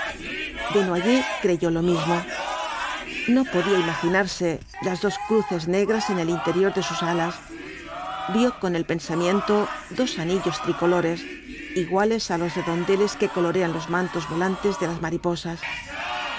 franzosen desnoyers creyó lo mismo no podía imaginarse las dos cruces negras en el interior de sus alas vio con el pensamiento dos anillos tricolores iguales á los redondeles que colorean los mantos volantes de las mariposas